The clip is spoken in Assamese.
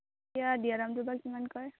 এতিয়া দিয়া দামটো বা কিমান কয়